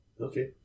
Okay